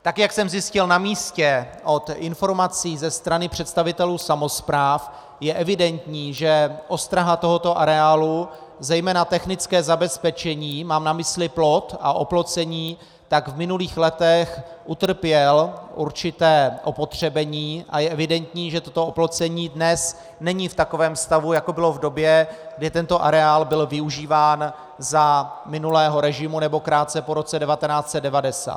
Tak jak jsem zjistil na místě od informací ze strany představitelů samospráv, je evidentní, že ostraha tohoto areálu zejména technické zabezpečení, mám na mysli plot a oplocení, v minulých letech utrpělo určité opotřebení a je evidentní, že toto oplocení dnes není v takovém stavu, jako bylo v době, kdy tento areál byl využíván za minulého režimu nebo krátce po roce 1990.